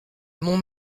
mon